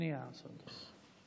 אוקיי, סגן שר החינוך.